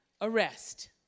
arrest